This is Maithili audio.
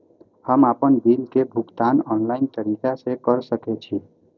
हम आपन बिल के भुगतान ऑनलाइन तरीका से कर सके छी?